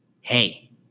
Hey